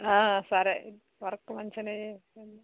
సరే వర్క్ మంచిగానే చేస్తాను